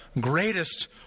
greatest